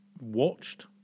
watched